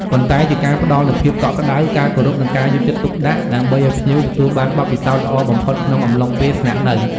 ប៉ុន្តែជាការផ្តល់នូវភាពកក់ក្តៅ ការគោរព និងការយកចិត្តទុកដាក់ ដើម្បីឲ្យភ្ញៀវទទួលបានបទពិសោធន៍ល្អបំផុតក្នុងអំឡុងពេលស្នាក់នៅ។